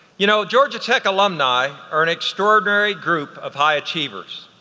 you know, georgia tech alumni are an extraordinary group of high achievers.